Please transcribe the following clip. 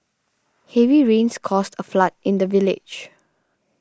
heavy rains caused a flood in the village